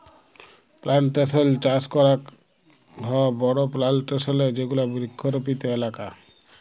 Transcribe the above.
plantation চাস করাক হ বড়ো প্লানটেশন এ যেগুলা বৃক্ষরোপিত এলাকা